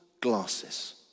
glasses